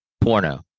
porno